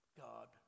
God